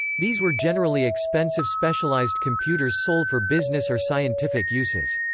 these were generally expensive specialized computers sold for business or scientific uses.